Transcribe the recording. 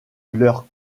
leur